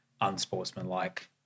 unsportsmanlike